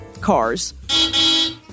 cars